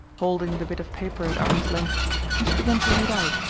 holding the bit of paper at arm's length and she began to read out,